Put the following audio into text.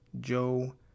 Joe